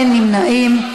אין נמנעים.